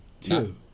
Two